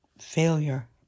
failure